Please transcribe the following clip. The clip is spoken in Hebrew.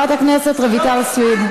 חברת הכנסת רויטל סויד.